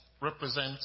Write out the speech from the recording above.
represent